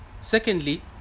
secondly